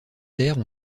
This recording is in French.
terres